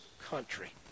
country